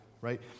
right